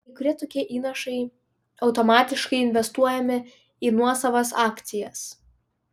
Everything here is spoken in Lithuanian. kai kurie tokie įnašai automatiškai investuojami į nuosavas akcijas